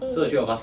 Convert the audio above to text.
mm